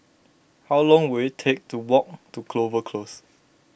how long will it take to walk to Clover Close